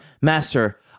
Master